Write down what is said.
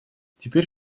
теперь